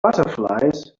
butterflies